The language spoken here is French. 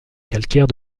calcaire